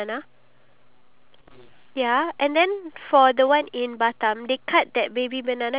ya I okay I promise to try the duck with you at the restaurant okay